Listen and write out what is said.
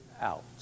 out